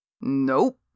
Nope